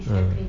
mm